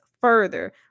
further